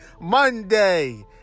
Monday